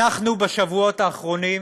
בשבועות האחרונים